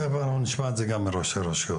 תיכף נשמע את זה גם מראשי הרשויות,